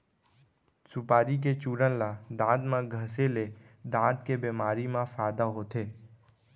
सुपारी के चूरन ल दांत म घँसे ले दांत के बेमारी म फायदा होथे